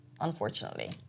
unfortunately